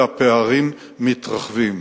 אלא הפערים מתרחבים.